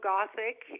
Gothic